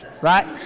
right